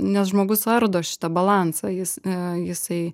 nes žmogus ardo šitą balansą jis a jisai